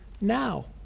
Now